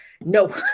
no